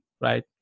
right